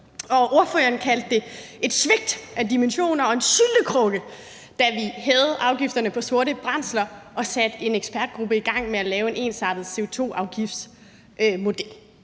Ordføreren kaldte det et svigt af dimensioner og en syltekrukke, da vi hævede afgifterne på sorte brændsler og satte en ekspertgruppe i gang med at lave en ensartet CO2-afgiftsmodel.